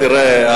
תראה,